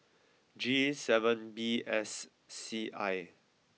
G seven B S C I